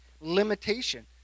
limitation